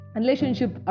relationship